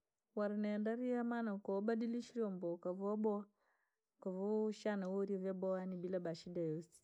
wari neenda riamaana koo wabadilishire mboa ukavaa waabowa, ukavashira nuulye vyaboha na bila ba shida yoyosi.